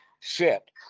sit